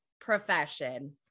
profession